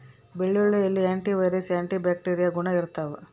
ಬೆಳ್ಳುಳ್ಳಿಯಲ್ಲಿ anti viral anti bacterial ಗುಣ ಇರ್ತಾವ